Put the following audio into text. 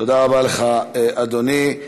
תודה רבה לך, אדוני.